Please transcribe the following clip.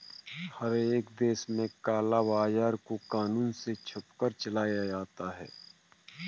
हर एक देश में काला बाजार को कानून से छुपकर चलाया जाता है